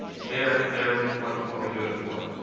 they're they're what what we do it for.